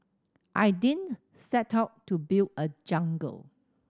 I ding set out to build a jungle